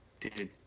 Dude